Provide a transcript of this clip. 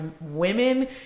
women